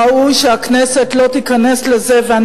(חבר הכנסת אופיר אקוניס יוצא מאולם המליאה.) בבקשה,